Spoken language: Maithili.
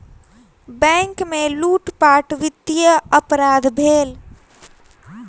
बैंक में लूटपाट वित्तीय अपराध भेल